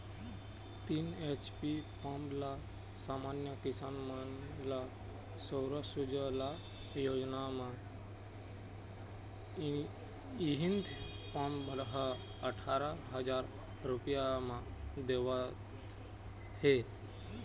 तीन HP pump ल समान्य किसान मन ल सौर सूजला योजना म इहीं पंप ह अठारा हजार रूपिया म देवत हे